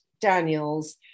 Daniels